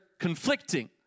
conflicting